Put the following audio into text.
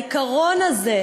העיקרון הזה,